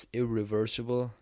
irreversible